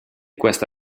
questa